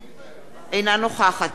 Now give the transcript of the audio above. אינה נוכחת לאה נס,